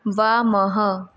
वामः